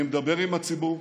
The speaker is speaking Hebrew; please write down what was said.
אני מדבר עם הציבור,